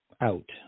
out